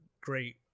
great